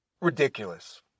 ridiculous